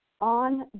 on